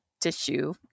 tissue